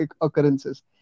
occurrences